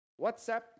WhatsApp